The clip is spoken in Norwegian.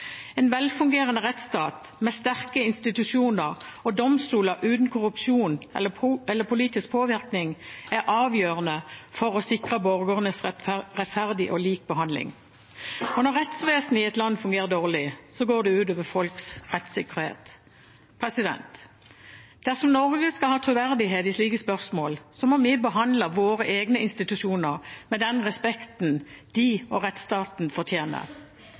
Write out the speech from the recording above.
En velfungerende rettsstat med sterke institusjoner og domstoler uten korrupsjon eller politisk påvirkning er avgjørende for å sikre borgerne rettferdig og lik behandling. Når rettsvesenet i et land fungerer dårlig, går det ut over folks rettssikkerhet. Dersom Norge skal ha troverdighet i slike spørsmål, må vi behandle våre egne institusjoner med den respekten de og rettsstaten fortjener.